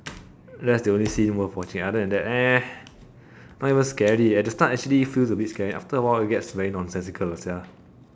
that's the only scene worth watching other than that not even scary at the start actually feels a bit scary after a while it gets very nonsensical sia